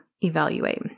evaluate